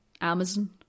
Amazon